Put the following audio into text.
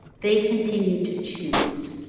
they continue to choose.